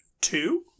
two